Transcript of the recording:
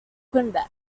quebec